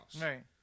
right